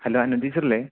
hello Anu ടീച്ചറല്ലേ